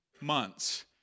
months